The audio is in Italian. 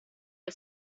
poi